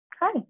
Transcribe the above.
Hi